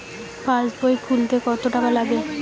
পাশবই খুলতে কতো টাকা লাগে?